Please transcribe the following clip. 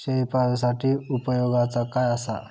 शेळीपाळूसाठी उपयोगाचा काय असा?